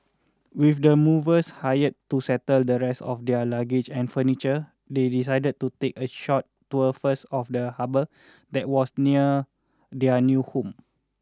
with the movers hired to settle the rest of their luggage and furniture they decided to take a short tour first of the harbor that was near their new home